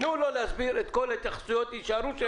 תנו לאסף להסביר את כל ההתייחסות ולסיים.